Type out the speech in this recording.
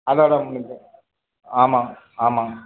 அதோடய முடிஞ்சுது ஆமாம் ஆமாம்